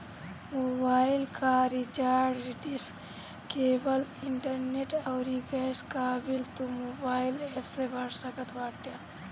mobile कअ recharge, dish, cable, internet अउरी gas कअ बिल तू मोबाइल एप्प से भर सकत बाटअ